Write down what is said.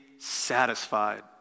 satisfied